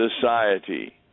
society